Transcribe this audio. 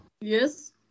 Yes